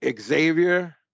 xavier